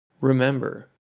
Remember